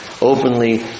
openly